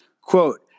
Quote